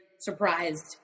surprised